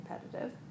competitive